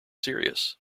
serious